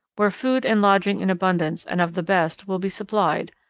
where food and lodging in abundance, and of the best, will be supplied,